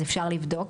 אז אפשר לבדוק.